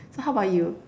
so how about you